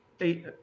Eight